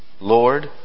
Lord